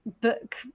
book